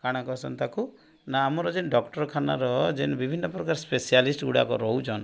କ'ଣ କହୁଛନ୍ତି ତାକୁ ନା ଆମର ଯେଉଁ ଡାକ୍ତରଖାନାର ଯେଉଁ ବିଭିନ୍ନ ପ୍ରକାର ସ୍ପେଶଆଲିଷ୍ଟଗୁଡ଼ାକ ରହୁଛନ୍ତି